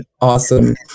awesome